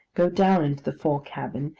go down into the fore-cabin,